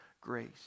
grace